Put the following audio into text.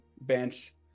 bench